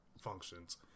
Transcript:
functions